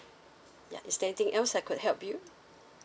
ya is there anything else I could help you